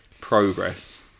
progress